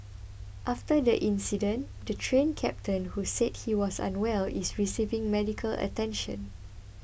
after the incident the Train Captain who said he was unwell is receiving medical attention